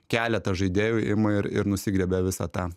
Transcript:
keletas žaidėjų ima ir ir nusigriebia visą tą